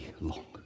long